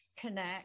connect